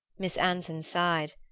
miss anson sighed.